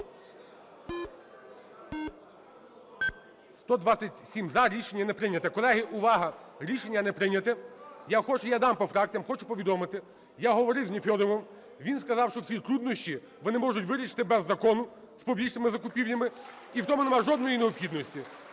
За-127 Рішення не прийнято. Колеги, увага! Рішення не прийняте. Я дам по фракціям. Я хочу повідомити, я говорив з Нефьодовим. Він сказав, що всі труднощі вони можуть вирішити без Закону з публічними закупівлями, і в тому немає жодної необхідності.